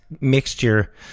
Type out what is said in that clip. mixture